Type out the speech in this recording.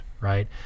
right